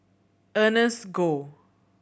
Ernest Goh